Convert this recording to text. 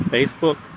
Facebook